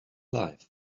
life